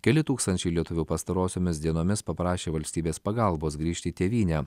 keli tūkstančiai lietuvių pastarosiomis dienomis paprašė valstybės pagalbos grįžt į tėvynę